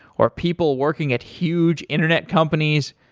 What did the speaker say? or people working at huge internet companies.